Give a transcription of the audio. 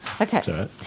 Okay